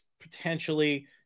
potentially